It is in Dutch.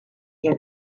zijn